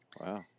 Wow